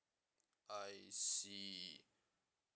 I see